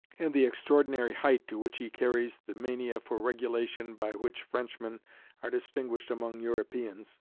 and the extraordinary height to which he carries the mania for regulation by which frenchmen are distinguished among europeans,